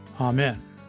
Amen